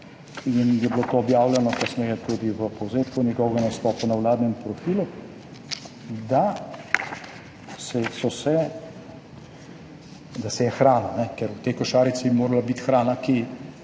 in je bilo to objavljeno kasneje tudi v povzetku njegovega nastopa na vladnem profilu, da se je hrana, ker v tej košarici bi morala biti hrana, ki